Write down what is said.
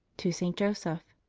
to saint joseph.